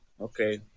Okay